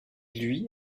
lui